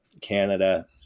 Canada